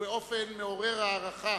ובאופן מעורר הערכה